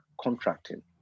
contracting